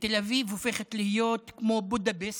ותל אביב הופכת להיות כמו בודפשט,